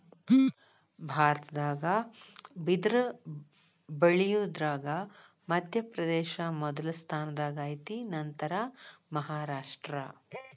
ಭಾರತದಾಗ ಬಿದರ ಬಳಿಯುದರಾಗ ಮಧ್ಯಪ್ರದೇಶ ಮೊದಲ ಸ್ಥಾನದಾಗ ಐತಿ ನಂತರಾ ಮಹಾರಾಷ್ಟ್ರ